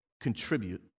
contribute